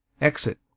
Exit